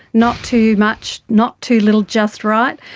not too much, not too little, just right,